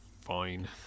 fine